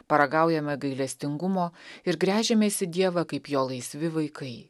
paragaujame gailestingumo ir gręžiamės į dievą kaip jo laisvi vaikai